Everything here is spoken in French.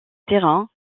terrain